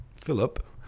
Philip